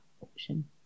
option